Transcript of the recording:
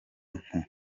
mpu